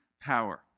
power